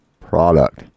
product